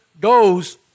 goes